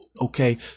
okay